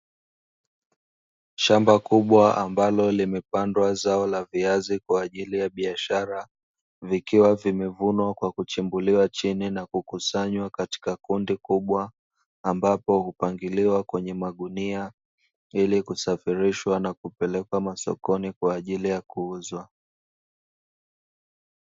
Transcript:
Shamba kubwa ambalo limepandwa zao la viazi kwa ajili ya biashara, vikiwa vimevunwa kwa kuchimbuliwa chini na kukusanywa katika kundi kubwa ambapo hupangiliwa kwenye magunia, ili kusafirishwa na kupelekwa masokoni kwa ajili ya kuuzwa.